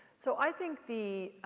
so i think the,